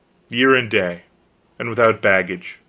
year and day and without baggage.